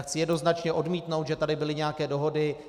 Chci jednoznačně odmítnout, že tady byly nějaké dohody.